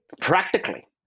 practically